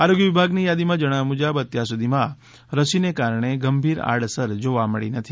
આરોગ્ય વિભાગની યાદીમાં જણાવ્યા મુજબ અત્યાર સુધીમાં રસીના કારણે ગંભીર આડઅસર જોવા મળી નથી